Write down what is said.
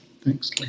Thanks